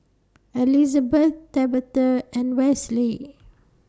Elizabet Tabatha and Wesley